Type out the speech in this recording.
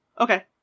Okay